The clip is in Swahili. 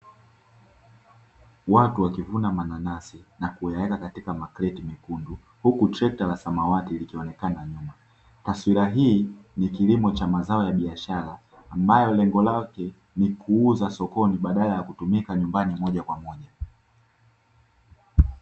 Watu wakivuna mananasi na wakiyaeka katika matenga mekundu, huku trekta la samawati likionekana nyuma. Taswira hii ni kilimo cha mazao ya biashara ambayo lengo lake ni kuuza sokoni badala ya kutumika nyumbani moja kwa moja.